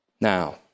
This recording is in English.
Now